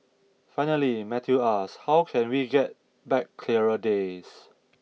finally Matthew ask how can we get back clearer days